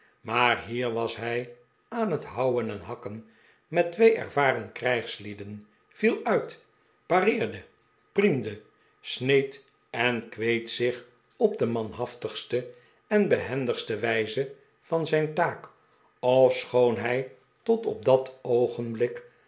maar hier was hij aan het houwen en hakken met twee ervaren krijgslieden viel uit pareerde priemde sneed en kweet zich op de manhaftigste en behendigste wijze van zijn taak ofschoon hij tot op dat oogenblik